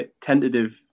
tentative